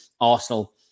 Arsenal